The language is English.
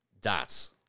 Dots